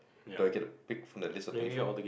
do I get to pick from the list of twenty four